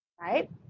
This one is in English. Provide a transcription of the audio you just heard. right